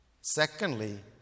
Secondly